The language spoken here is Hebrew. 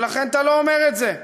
ולכן אתה לא אומר את זה.